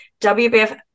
WBF